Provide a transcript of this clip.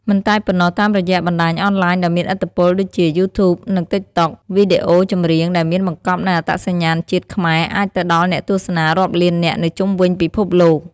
មិនតែប៉ុណ្ណោះ តាមរយៈបណ្ដាញអនឡាញដ៏មានឥទ្ធិពលដូចជា យូធូប និង តិកតុក វីដេអូចម្រៀងដែលមានបង្កប់នូវអត្តសញ្ញាណជាតិខ្មែរអាចទៅដល់អ្នកទស្សនារាប់លាននាក់នៅជុំវិញពិភពលោក។